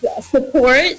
support